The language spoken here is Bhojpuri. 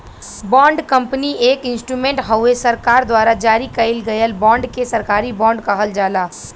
बॉन्ड कंपनी एक इंस्ट्रूमेंट हउवे सरकार द्वारा जारी कइल गयल बांड के सरकारी बॉन्ड कहल जाला